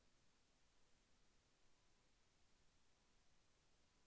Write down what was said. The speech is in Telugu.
నా యొక్క బ్యాంకు ఖాతాని నెట్ బ్యాంకింగ్ ఖాతాగా మార్చగలరా?